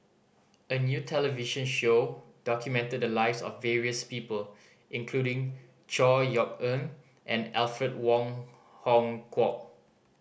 a new television show documented the lives of various people including Chor Yeok Eng and Alfred Wong Hong Kwok